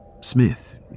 Smith